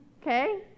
okay